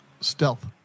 stealth